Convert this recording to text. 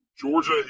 Georgia